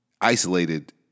isolated